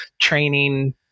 training